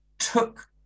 took